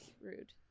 rude